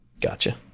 Gotcha